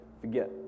forget